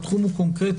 והתחום הוא קונקרטי,